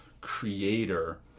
creator